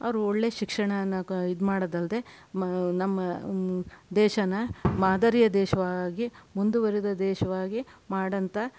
ಅವರು ಒಳ್ಳೆಯ ಶಿಕ್ಷಣನ ಇದು ಮಾಡೋದಲ್ಲದೆ ನಮ್ಮ ದೇಶಾನ ಮಾದರಿಯ ದೇಶವಾಗಿ ಮುಂದುವರಿದ ದೇಶವಾಗಿ ಮಾಡೋಂಥ